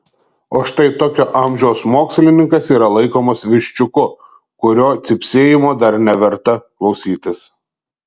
o štai tokio amžiaus mokslininkas yra laikomas viščiuku kurio cypsėjimo dar neverta klausytis